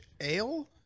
ale